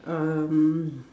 um